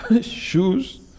shoes